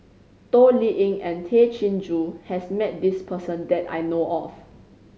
Toh Liying and Tay Chin Joo has met this person that I know of